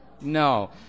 No